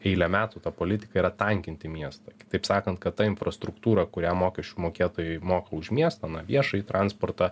eilę metų ta politika yra tankinti miestą kitaip sakant kad ta infrastruktūra kurią mokesčių mokėtojai moka už miestą na viešąjį transportą